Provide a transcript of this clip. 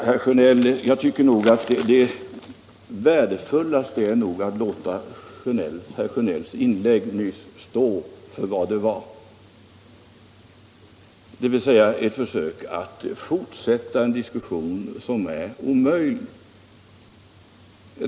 När det gäller herr Sjönell tycker jag nog att det bästa är att låta hans inlägg nyss stå för vad det är, nämligen ett försök att fortsätta en diskussion som är omöjlig.